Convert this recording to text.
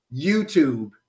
YouTube